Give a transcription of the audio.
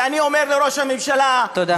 ואני אומר לראש הממשלה, תודה.